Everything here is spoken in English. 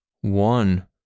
one